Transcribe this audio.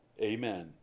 Amen